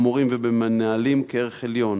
במורים ובמנהלים, כערך עליון,